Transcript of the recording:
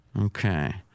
Okay